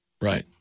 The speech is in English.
Right